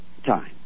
time